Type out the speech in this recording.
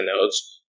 nodes